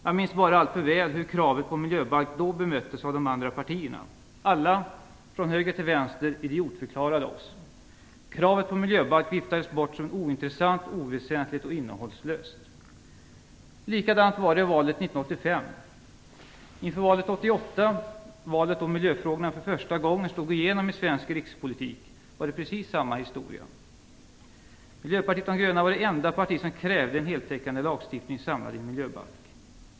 Jag minns bara alltför väl hur kravet på miljöbalk då bemöttes av de andra partierna. Alla från höger till vänster idiotförklarade oss. Kravet på miljöbalk viftades bort som ointressant, oväsentligt och innehållslöst. Likadant var det i valet 1985. Inför valet 1988, valet då miljöfrågorna för första gången slog igenom i svensk rikspolitik, var det precis samma historia. Miljöpartiet de gröna var det enda parti som krävde en heltäckande lagstiftning samlad i en miljöbalk.